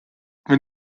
wenn